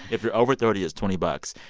if you're over thirty, it's twenty bucks.